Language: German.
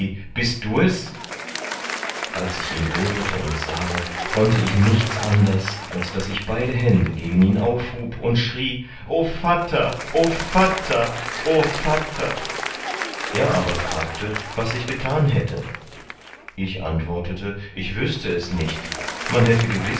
bist du es als ich ihn hörete und sahe konnte ich nichts anders als daß ich beide hände gegen ihm aufhub und schrie o vatter o vatter o vatter er aber fragte was ich getan hätte ich antwortete ich wüßte es nicht man hätte